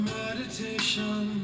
meditation